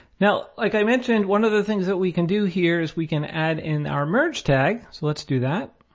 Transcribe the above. now, like i mentioned, one of the things that we can do here is we can add in our merge tag. so let's do that.